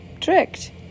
tricked